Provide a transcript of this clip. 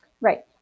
right